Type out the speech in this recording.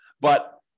But-